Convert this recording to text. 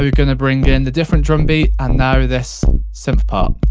um going to bring in the different drum beat and now this synth part.